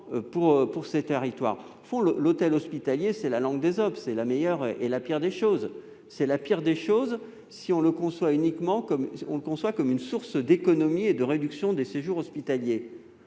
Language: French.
pour ces territoires. Au fond, l'hôtel hospitalier, c'est la langue d'Ésope : la meilleure et la pire des choses. C'est la pire des choses si on le conçoit uniquement comme une source d'économies et de réduction de la durée des séjours hospitaliers.